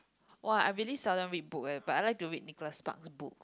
!wah! I really seldom read book eh but I like to read Nicholas-Sparks' books